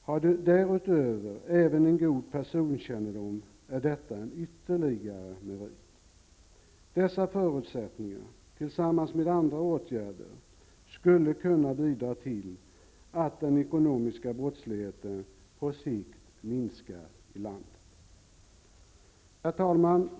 Om de därutöver har en god personkännedom är detta ytterligare en merit. Dessa förutsättningar, tillsammans med andra åtgärder, skulle kunna bidra till att den ekonomiska brottsligheten på sikt minskas i landet. Herr talman!